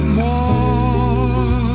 more